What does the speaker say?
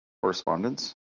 correspondence